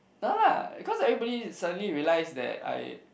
no lah because everybody suddenly realised that I